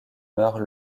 meurt